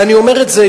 ואני אומר את זה,